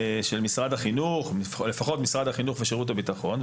של משרד החינוך או לפחות משרד החינוך ושירות הביטחון,